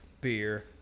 beer